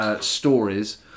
stories